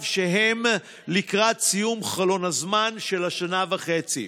שהם לקראת סיום חלון הזמן של השנה וחצי,